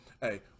hey